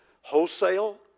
wholesale